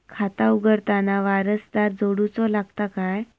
खाता उघडताना वारसदार जोडूचो लागता काय?